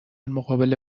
مقابل